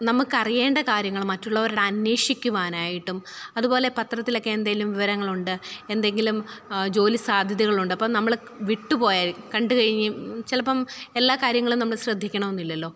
നമുക്കറിയേണ്ട കാര്യങ്ങൾ മറ്റുള്ളവരോട് അന്വേഷിക്കുവാനായിട്ടും അതുപോലെ പത്രത്തിലൊക്കെ എന്തേലും വിവരങ്ങളുണ്ട് എന്തെങ്കിലും ജോലി സാധ്യതകളുണ്ട് അപ്പോൾ നമ്മൾ വിട്ടുപോയ കണ്ടുകഴിഞ്ഞ് ചിലപ്പം എല്ലാ കാര്യങ്ങളും നമ്മൾ ശ്രദ്ധിക്കണമെന്നില്ലല്ലോ